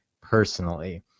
personally